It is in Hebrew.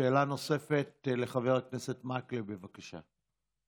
שאלה נוספת לחבר הכנסת מקלב, בבקשה.